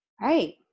Right